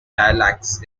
dialects